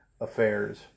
affairs